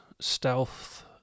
stealth